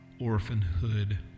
orphanhood